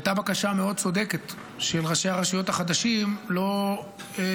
הייתה בקשה מאוד צודקת של ראשי הרשויות החדשים לא להנחית